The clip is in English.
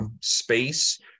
space